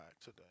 today